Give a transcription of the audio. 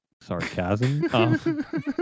sarcasm